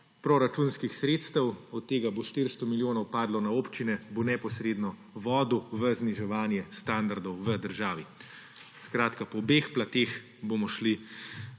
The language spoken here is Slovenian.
proračunskih sredstev, od tega bo 400 milijonov padlo na občine, bo neposredno vodil v zniževanje standardov v državi. Skratka, po obeh plateh bomo šli